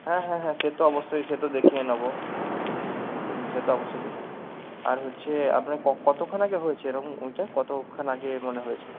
হ্যাঁ হ্যাঁ হ্যাঁ সে তো অবশ্যই সে তো দেখিয়ে নেবো হুম সে তো অবশ্যই দেখিয়ে নেবো আর হচ্ছে আপনার কতক্ষণ আগে হয়েছে এরকম কতক্ষণ আগে মানে হয়েছে